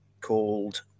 called